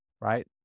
right